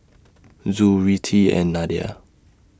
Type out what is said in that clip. Zul Rizqi and Nadia